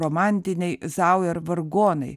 romantiniai zauer vargonai